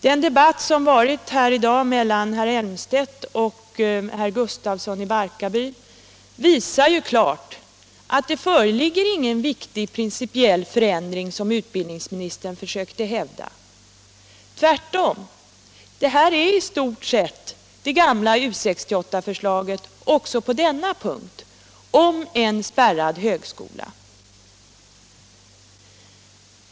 Den debatt som i dag förts mellan herr Elmstedt och herr Gustafsson i Barkarby visar klart, att det inte föreligger någon viktig principiell förändring, som utbildningsministern försökte hävda. Tvärtom — det är i stort sett fråga om det gamla U 68-förslaget också i vad gäller en spärrad högskola.